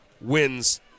wins